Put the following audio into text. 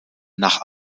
nach